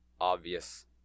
obvious